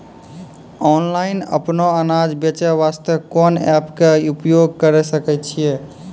Online अपनो अनाज बेचे वास्ते कोंन एप्प के उपयोग करें सकय छियै?